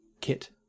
Kit